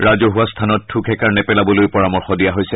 ৰাজঘুৱা স্থানত থু খেকাৰ নেপেলাবলৈয়ো পৰামৰ্শ দিয়া হৈছে